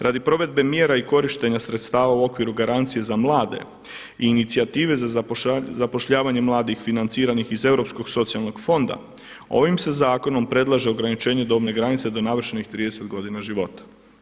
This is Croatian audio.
Radi provedbe mjera i korištenja sredstava u okviru garancije za mlade i inicijative za zapošljavanje mladih financiranih iz Europskog socijalnog fonda, ovim se zakonom predlaže ograničenje dobne granice do navršenih 30 godina života.